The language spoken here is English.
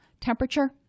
temperature